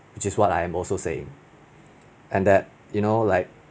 which is what I am also saying and that you know like